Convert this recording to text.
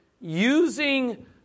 using